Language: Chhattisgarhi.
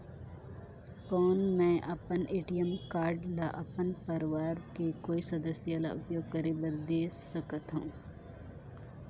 कौन मैं अपन ए.टी.एम कारड ल अपन परवार के कोई सदस्य ल उपयोग करे बर दे सकथव?